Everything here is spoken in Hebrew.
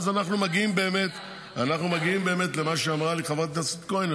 אז אנחנו מגיעים באמת למה שאמרה לי חברת הכנסת כהן,